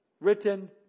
Written